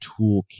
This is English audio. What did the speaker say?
toolkit